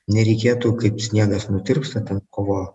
nereikėtų kaip sniegas nutirpsta ten kovo